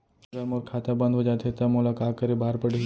अगर मोर खाता बन्द हो जाथे त मोला का करे बार पड़हि?